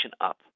up